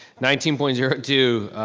nineteen point zero two,